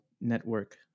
network